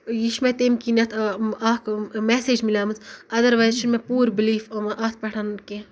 یہِ چھِ مےٚ تمہِ کِنیٚتھ اَکھ میٚسیج مِلٲمِژ اَدَروَیِز چھُنہِ مےٚ پوٗرٕ بِلیٖف اَتھ پٮ۪ٹھ کینٛہہ